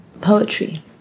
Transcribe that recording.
poetry